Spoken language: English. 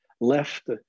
left